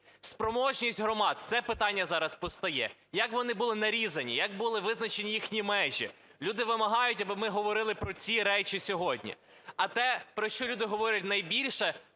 спроможність громад – це питання зараз постає, як вони були нарізані, як були визначені їхні межі. Люди вимагають, аби ми говорили про ці речі сьогодні. А те, про що люди говорять найбільше,